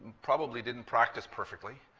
probably didn't practice perfectly.